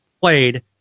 played